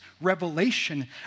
revelation